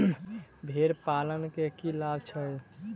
भेड़ पालन केँ की लाभ छै?